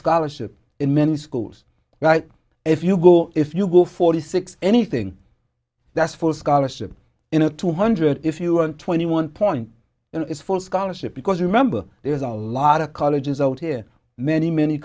scholarship in many schools right if you go if you go forty six anything that's for scholarship in a two hundred if you are twenty one point and it's full scholarship because remember there's a lot of colleges out here many many